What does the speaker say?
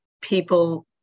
people